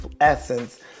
essence